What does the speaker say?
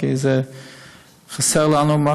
כי חסר לנו,